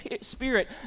spirit